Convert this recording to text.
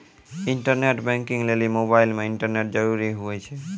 internet banking लेली mobile मे internet जरूरी हुवै छै